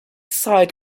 sided